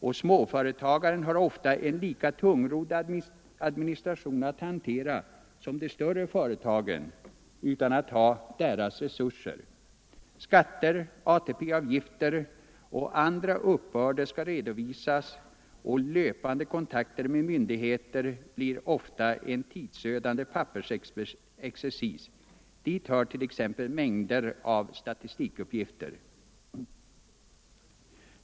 Och småföretagaren har ofta en lika tungrodd administration att hantera som de större företagen — utan att ha deras resurser. Skatter, ATP-avgifter och andra uppbörder skall redovisas, och löpande kontakter med myndigheter blir ofta en tidsödande pappersexercis. Dit hör t.ex. mängder av statistikuppgifter.